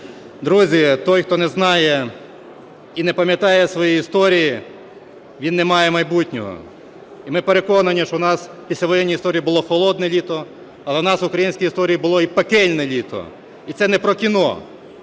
Друзі, той хто не знає і не пам'ятає своєї історії, він не має майбутнього. І ми переконані, що у нас в післявоєнній історії було "холодне літо", але у нас в українській історії було і пекельне літо. І це не про кіно,